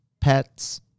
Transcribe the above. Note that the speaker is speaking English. pets